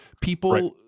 people